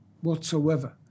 whatsoever